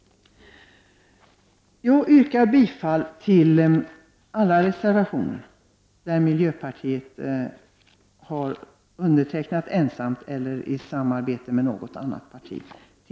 Jag yrkar bifall till alla de reservationer i SfU16 som miljöpartiet har undertecknat ensamt eller i samarbete med något annat parti.